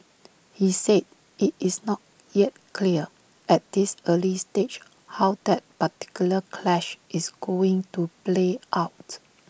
he said IT is not yet clear at this early stage how that particular clash is going to play out